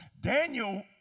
Daniel